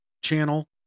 channel